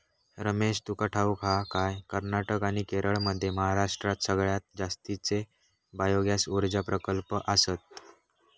रमेश, तुका ठाऊक हा काय, कर्नाटक आणि केरळमध्ये महाराष्ट्रात सगळ्यात जास्तीचे बायोगॅस ऊर्जा प्रकल्प आसत